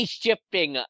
shipping